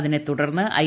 അതിനെ തുടർന്ന് ഐ